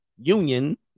Union